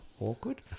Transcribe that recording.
awkward